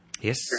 Yes